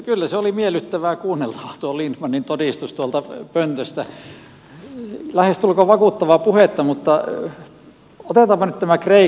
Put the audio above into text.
kyllä oli miellyttävää kuunneltavaa tuo lindtmanin todistus tuolta pöntöstä lähestulkoon vakuuttavaa puhetta mutta otetaanpa nyt tämä kreikan tie